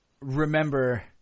remember